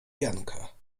janka